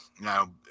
Now